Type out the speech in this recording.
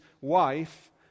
wife